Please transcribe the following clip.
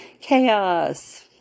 chaos